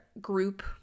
group